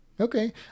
Okay